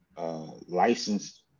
licensed